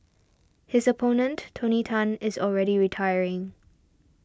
his opponent Tony Tan is already retiring